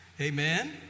Amen